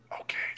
Okay